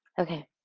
Okay